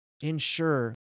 Ensure